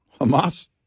Hamas